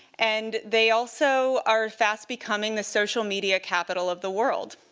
and they also are fast becoming the social media capital of the world.